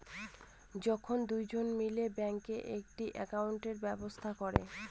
যখন দুজন মিলে ব্যাঙ্কে একটি একাউন্টের ব্যবস্থা করে